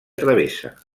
travessa